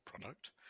product